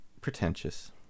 pretentious